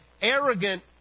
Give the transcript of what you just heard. arrogant